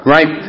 Right